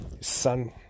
son